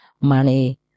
money